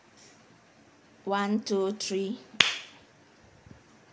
one two three